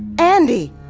andi!